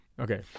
Okay